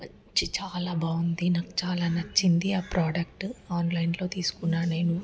మంచి చాలా బాగుంది నాకు చాలా నచ్చింది ఆ ప్రోడక్ట్ ఆన్లైన్లో తీసుకున్నాను నేను